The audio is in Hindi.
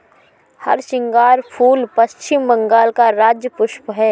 हरसिंगार फूल पश्चिम बंगाल का राज्य पुष्प है